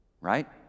right